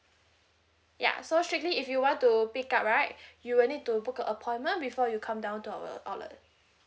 ya so strictly if you want to pick up right you will need to book a appointment before you come down to our outlet